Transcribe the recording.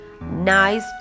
Nice